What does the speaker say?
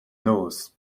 noz